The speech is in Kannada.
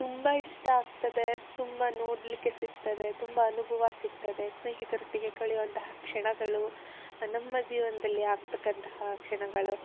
ತುಂಬ ಇಷ್ಟ ಆಗ್ತದೆ ತುಂಬ ನೋಡಲಿಕ್ಕೆ ಸಿಗ್ತದೆ ತುಂಬ ಅನುಭವ ಸಿಗ್ತದೆ ಸ್ನೇಹಿತರೊಟ್ಟಿಗೆ ಕಳೆಯುವಂತಹ ಕ್ಷಣಗಳು ನಮ್ಮ ಜೀವನದಲ್ಲಿ ಆಗತಕ್ಕಂತಹ ಕ್ಷಣಗಳು